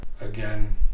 Again